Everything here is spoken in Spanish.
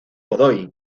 godoy